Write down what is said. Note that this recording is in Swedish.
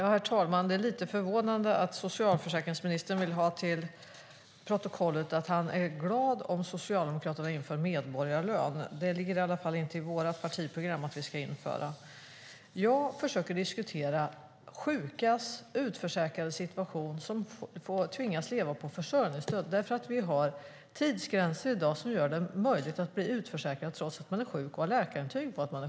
Herr talman! Det är lite förvånande att socialförsäkringsministern vill ha fört till protokollet att han är glad om Socialdemokraterna inför medborgarlön. Det ligger i varje fall inte i vårt partiprogram att vi ska införa det. Jag försöker diskutera sjukas och utförsäkrades situation när de tvingas leva på försörjningsstöd eftersom vi i dag har tidsgränser som gör det möjligt att bli utförsäkrad trots att man är sjuk och har läkarintyg på det.